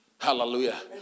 Hallelujah